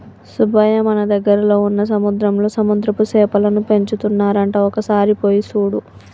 సుబ్బయ్య మన దగ్గరలో వున్న సముద్రంలో సముద్రపు సేపలను పెంచుతున్నారంట ఒక సారి పోయి సూడు